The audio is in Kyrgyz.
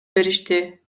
беришти